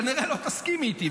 כנראה לא תסכימי איתי,